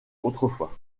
autrefois